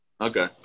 Okay